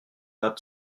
not